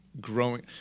Growing